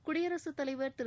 குடியரத்தலைவர் திரு